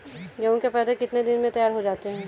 गेहूँ के पौधे कितने दिन में तैयार हो जाते हैं?